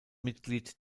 mitglied